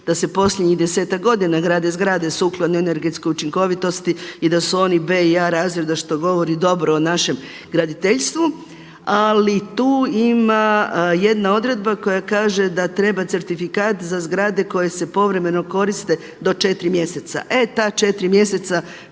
da se posljednjih desetak godina grade zgrade sukladno energetskoj učinkovitosti i da su oni B i A razred, da što govori dobro o našem graditeljstvu. Ali tu ima jedna odredba koja kaže da treba certifikat za zgrade koje se povremeno koriste do 4 mjeseca. E ta 4 mjeseca